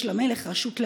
יש למלך רשות להורגו.